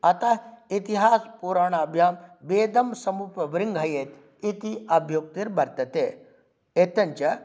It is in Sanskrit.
अतः इतिहासपुराणाभ्यां वेदं समुपबृम्हयेत् इति अभियुक्तिर्वर्तते इत्थञ्च